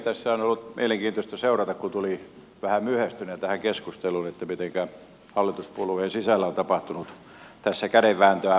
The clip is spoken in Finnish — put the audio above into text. tässä on ollut mielenkiintoista seurata tulin vähän myöhästyneenä tähän keskusteluun mitenkä hallituspuolueiden sisällä on tapahtunut tässä kädenvääntöä